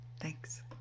Thanks